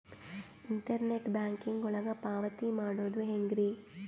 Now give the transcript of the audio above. Internet banking ಒಳಗ ಪಾವತಿ ಮಾಡೋದು ಹೆಂಗ್ರಿ?